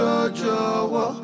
JoJo